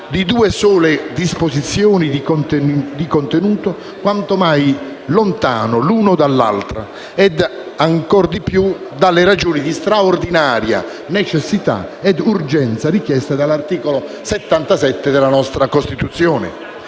di due sole disposizioni, di contenuto quanto mai lontano l'una dall'altra e ancor di più dalle ragioni di straordinaria necessità e urgenza richieste dall'articolo 77 della nostra Costituzione.